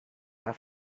have